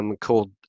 called